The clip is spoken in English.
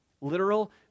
literal